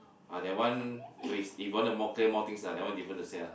uh that one we if want more claim more things that one different to say lah